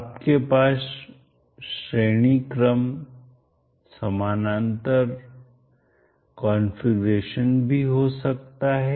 आपके पास श्रेणी क्रम समानांतर कॉन्फ़िगरेशन भी हो सकता है